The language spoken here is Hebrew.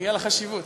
בגלל החשיבות.